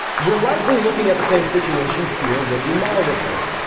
we're likely looking at the same situation here with the mullah report.